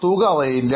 തുക അറിയില്ല